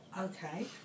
Okay